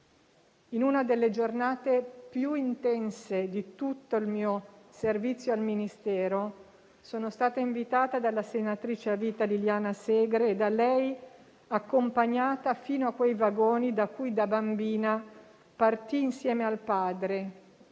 In una delle giornate più intense di tutto il mio servizio al Ministero sono stata invitata dalla senatrice a vita Liliana Segre e da lei accompagnata fino a quei vagoni da cui da bambina partì insieme al padre